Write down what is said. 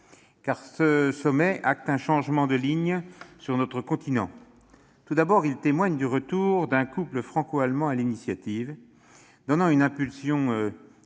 ce sommet entérine un changement de lignes sur notre continent. Tout d'abord, il témoigne du retour d'un couple franco-allemand à l'initiative, donnant une impulsion politique